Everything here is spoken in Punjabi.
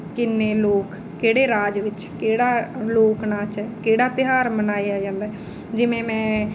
ਕਿੰਨੇ ਲੋਕ ਕਿਹੜੇ ਰਾਜ ਵਿੱਚ ਕਿਹੜਾ ਲੋਕ ਨਾਚ ਹੈ ਕਿਹੜਾ ਤਿਉਹਾਰ ਮਨਾਇਆ ਜਾਂਦਾ ਜਿਵੇਂ ਮੈਂ